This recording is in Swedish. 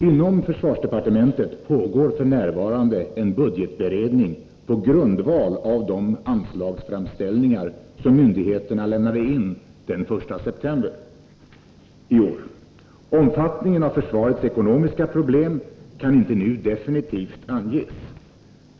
Inom försvarsdepartementet pågår f. n. en budgetberedning på grundval av de anslagsframställningar som myndigheterna lämnade in den 1 september i år. Omfattningen av försvarets ekonomiska problem kan inte nu definitivt anges.